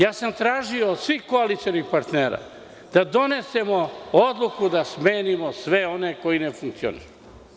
Ja sam tražio od svih koalicionih partnera da donesemo odluku da smenimo sve one koji ne funkcionišu.